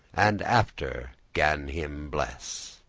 and after gan him bless.